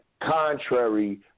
contrary